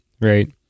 right